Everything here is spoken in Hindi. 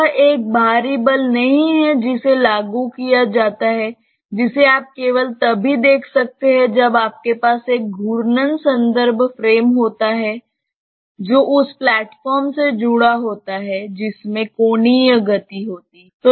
यह एक बाहरी बल नहीं है जिसे लागू किया जाता है जिसे आप केवल तभी देख सकते हैं जब आपके पास एक घूर्णन संदर्भ फ़्रेम होता है जो उस प्लेटफ़ॉर्म से जुड़ा होता है जिसमें कोणीय गति होती है